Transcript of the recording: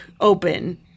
open